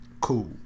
Cool